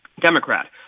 Democrat